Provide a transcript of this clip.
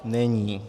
Není.